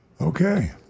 okay